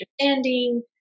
understanding